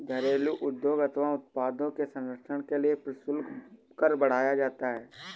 घरेलू उद्योग अथवा उत्पादों के संरक्षण के लिए प्रशुल्क कर बढ़ाया जाता है